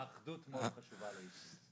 האחדות מאוד חשובה לאיציק.